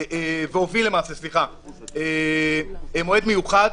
הוביל למעשה מועד מיוחד,